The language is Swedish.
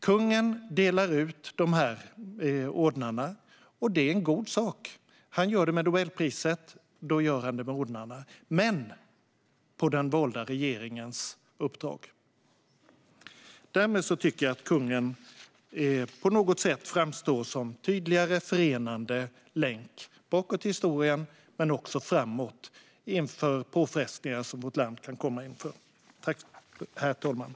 Kungen delar ut ordnarna, och det är en god sak. Han gör det med Nobelpriset, och han gör det med ordnarna men på den valda regeringens uppdrag. Därmed tycker jag att kungen på något sätt framstår som en tydligare förenande länk bakåt i historien men också framåt inför påfrestningar som vårt land kan komma att utsättas för.